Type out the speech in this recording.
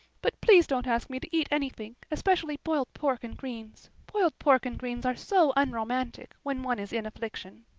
but please don't ask me to eat anything, especially boiled pork and greens. boiled pork and greens are so unromantic when one is in affliction.